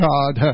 God